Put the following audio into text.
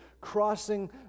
crossing